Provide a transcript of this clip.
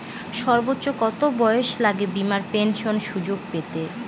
সর্বোচ্চ কত বয়স লাগে বীমার পেনশন সুযোগ পেতে?